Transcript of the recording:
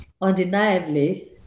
undeniably